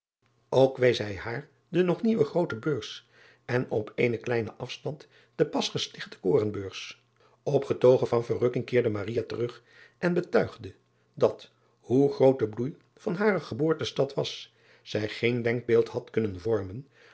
ok wees hij haar de nog nieuwe groote eurs en op eenen kleinen afstand de pas gestichte orenbeurs pgetogen van verrukking keerde terug en betuigde dat hoe groot de bloei van hare geboortestad was zij geen denkbeeld had kunnen vormen